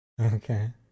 Okay